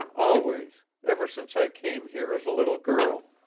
always, ever since i came here as a little girl.